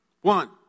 One